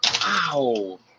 Wow